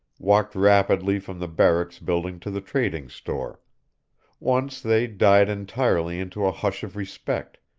walked rapidly from the barracks building to the trading store once they died entirely into a hush of respect,